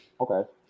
okay